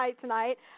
Tonight